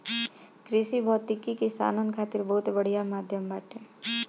कृषि भौतिकी किसानन खातिर बहुत बढ़िया माध्यम बाटे